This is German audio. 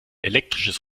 elektrisches